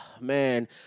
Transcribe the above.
man